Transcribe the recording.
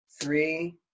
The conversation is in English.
Three